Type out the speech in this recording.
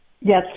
Yes